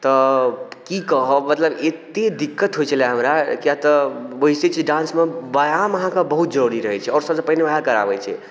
तऽ की कहब मतलब एते दिक्कत होइ छलए हमरा किए तऽ बुझिते छियै डांसमे ब्यायाम अहाँके बहुत जरुरी रहै छै आओर सबसे पहिले वएह कराबै छै